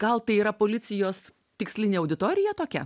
gal tai yra policijos tikslinė auditorija tokia